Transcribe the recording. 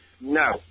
No